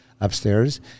upstairs